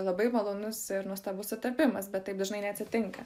labai malonus ir nuostabus sutapimas bet taip dažnai neatsitinka